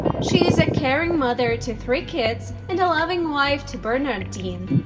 she is a caring mother to three kids and a loving wife to bernard dean.